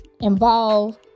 involve